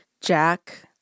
Jack